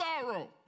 sorrow